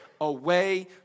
away